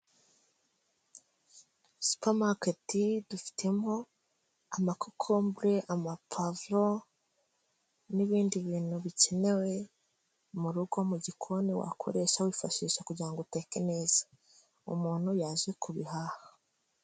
Supa maketi dufitemo amakokombure, amapavuro n'ibindi bintu bikenewe mu rugo mu gikoni wakoresha wifashisha kugira ngo uteke neza, umuntu yaje kubihaha.